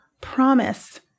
promise